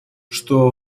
что